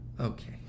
Okay